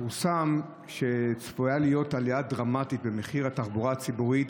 פורסם שצפויה להיות עלייה דרמטית במחיר התחבורה הציבורית